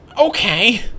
Okay